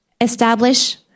establish